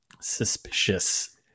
suspicious